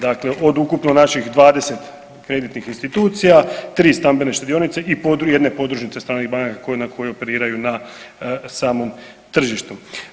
Dakle, od ukupno naših 20 kreditnih institucija, 3 stambene štedionice i jedne podružnice stranih banaka koje operiraju na samom tržištu.